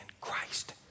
Christ